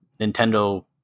Nintendo